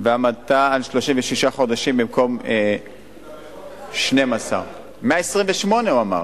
והעמדתן על 36 חודשים במקום 12. 128, הוא אמר.